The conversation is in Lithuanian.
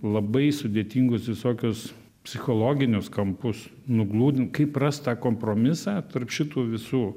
labai sudėtingus visokius psichologinius kampus nugludint kaip rast tą kompromisą tarp šitų visų